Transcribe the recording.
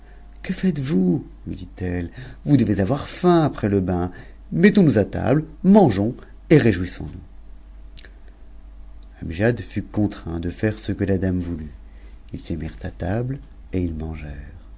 que faites-vous lui dit-elle vous devez avoir faim après le bain mettons-nous à table mangeons et réjouissons-nous amgiad fut contraint de faire ce que la dame voulut ils se mirent table et ils